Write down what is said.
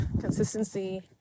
consistency